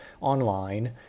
online